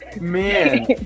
man